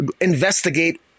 investigate